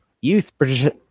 Youth